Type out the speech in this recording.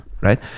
right